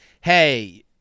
Hey